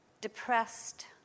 depressed